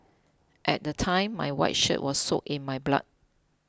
at the time my white shirt was soaked in my blood